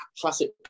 Classic